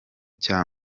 cya